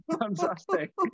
fantastic